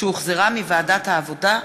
שהחזירה ועדת העבודה,